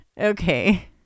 okay